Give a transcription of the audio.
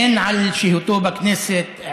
הן על אישיותו בכנסת,